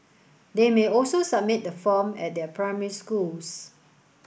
they may also submit the form at their primary schools